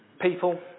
People